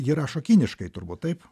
ji rašo kiniškai turbūt taip